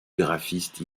graphiste